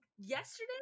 yesterday